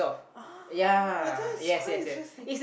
oh that is quite interesting